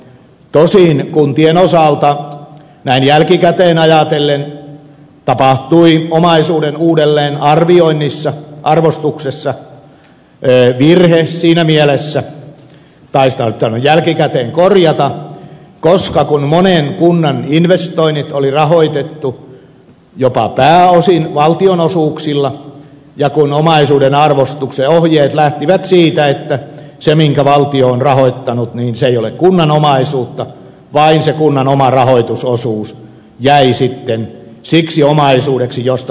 tosin kuntien osalta näin jälkikäteen ajatellen tapahtui omaisuuden uudelleenarvostuksessa virhe siinä mielessä tai sitä olisi pitänyt jälkikäteen korjata että kun monen kunnan investoinnit oli rahoitettu jopa pääosin valtionosuuksilla ja kun omaisuuden arvostuksen ohjeet lähtivät siitä että se minkä valtio on rahoittanut ei ole kunnan omaisuutta niin vain se kunnan oma rahoitusosuus jäi siksi omaisuudeksi josta poistoja tehdään